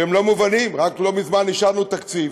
שהם לא מובנים, רק לא מזמן אישרנו תקציב.